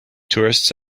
tourists